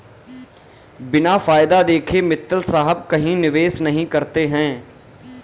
बिना फायदा देखे मित्तल साहब कहीं निवेश नहीं करते हैं